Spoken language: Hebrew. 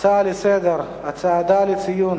הצעות לסדר-היום בנושא: הצעדה לציון